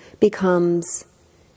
becomes